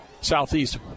Southeast